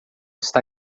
está